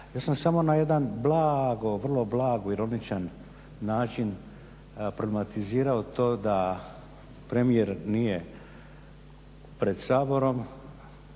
Ja sam na jedan blaaago, vrlo blago ironičan način … to da premijer nije pred Saborom